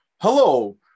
hello